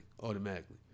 automatically